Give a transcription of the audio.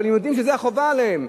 אבל הם יודעים שזה החובה עליהם.